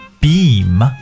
Beam